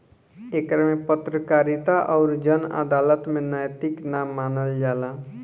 एकरा के पत्रकारिता अउर जन अदालत में नैतिक ना मानल जाला